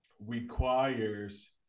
requires